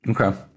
Okay